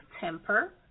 temper